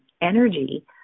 energy